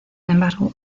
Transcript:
embargo